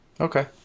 Okay